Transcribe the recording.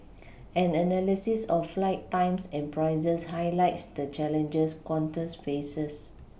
an analysis of flight times and prices highlights the challenges Qantas faces